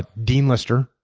ah dean lister,